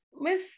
Miss